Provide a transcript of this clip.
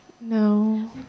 No